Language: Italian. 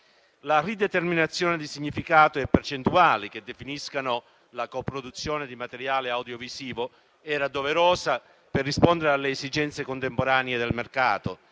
La rideterminazione di significato e di percentuali che definiscano la coproduzione di materiale audiovisivo era doverosa per rispondere alle esigenze contemporanee del mercato,